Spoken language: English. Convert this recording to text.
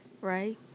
Right